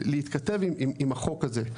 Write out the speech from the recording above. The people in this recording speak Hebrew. להתכתב עם החוק הזה.